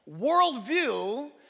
worldview